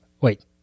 wait